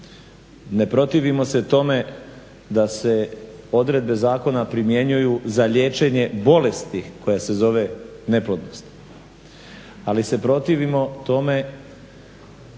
Ne protivimo se tome da se odredbe zakona primjenjuju za liječenje bolesti koja se zove neplodnost. Ali se protivimo tome